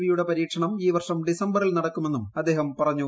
V യുടെ പരീക്ഷണം ഈ വർഷ്ട് ്ഡിസംബറിൽ നടക്കുമെന്നും അദ്ദേഹം പറഞ്ഞു